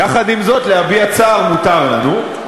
יחד עם זאת, להביע צער מותר לנו.